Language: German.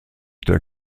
der